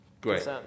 Great